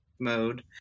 mode